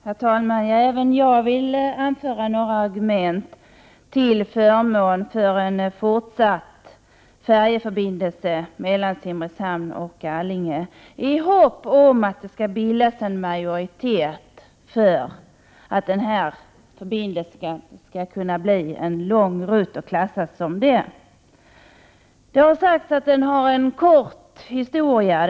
Herr talman! Även jag vill anföra några argument till förmån för en fortsatt färjetrafik mellan Simrishamn och Allinge, i hopp om att det skall bildas en majoritet för att denna förbindelse skall klassas som lång rutt. Det har sagts att denna linje har en kort historia.